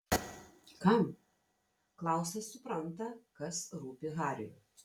kam klausas supranta kas rūpi hariui